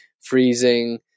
freezing